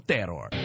Terror